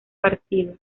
partidos